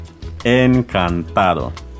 Encantado